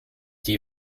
die